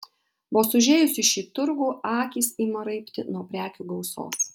vos užėjus į šį turgų akys ima raibti nuo prekių gausos